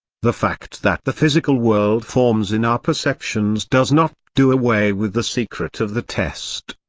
the fact that the physical world forms in our perceptions does not do away with the secret of the test.